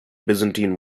byzantine